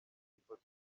ifoto